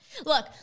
Look